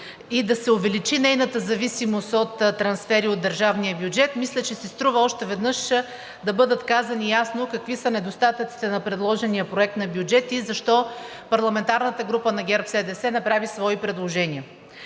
и да се увеличи нейната зависимост от трансфери от държавния бюджет, мисля, че си струва още веднъж да бъдат казани ясно какви са недостатъците на предложения проект на бюджет и защо парламентарната група на ГЕРБ-СДС направи свои предложения.